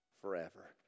forever